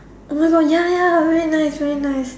oh my God ya ya very nice very nice